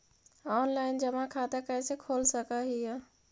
Online जमा खाता कैसे खोल सक हिय?